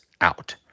out